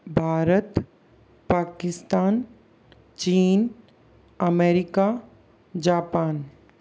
भारत पाकिस्तान चीन America Japan